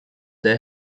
their